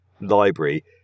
library